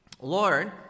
Lord